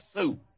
soup